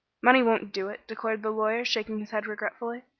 money won't do it, declared the lawyer, shaking his head regretfully.